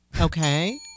Okay